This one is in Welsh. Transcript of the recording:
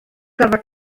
gorfod